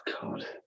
God